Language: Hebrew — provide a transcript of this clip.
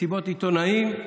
מסיבות עיתונאים,